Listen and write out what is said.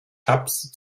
tabs